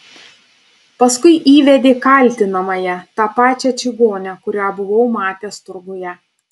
paskui įvedė kaltinamąją tą pačią čigonę kurią buvau matęs turguje